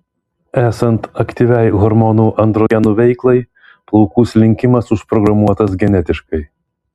esant aktyviai hormonų androgenų veiklai plaukų slinkimas užprogramuotas genetiškai